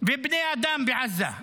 ובני אדם בעזה,